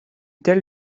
telle